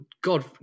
God